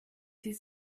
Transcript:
sie